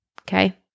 okay